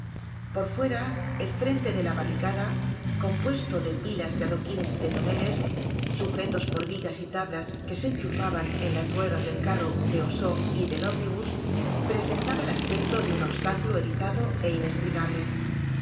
por fuera el frente de la barricada compuesto de pilas de adoquines y de toneles sujetos por vigas y tablas que se enchufaban en las ruedas del carro de auceau y del omnibus presentaba el aspecto de un obstáculo erizado é inestricable